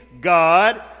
God